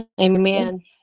Amen